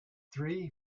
three